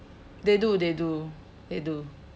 they do they do they do